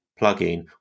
plugin